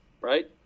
right